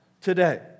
today